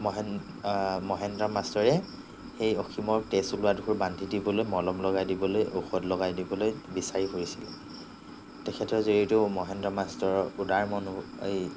মহেন মহেন্দ্ৰ মাষ্টৰে সেই অসীমৰ তেজ ওলোৱা ডোখৰ বান্ধি দিবলৈ মলম লগাই দিবলৈ ঔষধ লগাই দিবলৈ বিচাৰি ফুৰিছিল তেখেতৰ যিহেতু মহেন্দ্ৰ মাষ্টৰৰ উদাৰ মনো এই